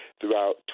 throughout